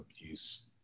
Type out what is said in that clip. abuse